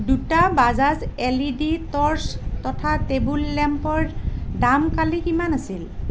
দুটা Bajaj L E D torch তথা table লেম্পৰ দাম কালি কিমান আছিল